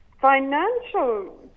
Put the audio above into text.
Financial